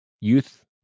youth